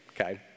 Okay